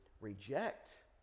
reject